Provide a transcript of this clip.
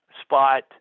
spot